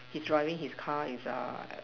he's driving his car is a